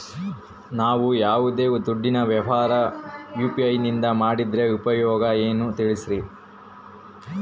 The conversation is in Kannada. ನಾವು ಯಾವ್ದೇ ದುಡ್ಡಿನ ವ್ಯವಹಾರ ಯು.ಪಿ.ಐ ನಿಂದ ಮಾಡಿದ್ರೆ ಉಪಯೋಗ ಏನು ತಿಳಿಸ್ರಿ?